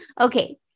Okay